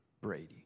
Brady